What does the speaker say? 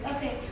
Okay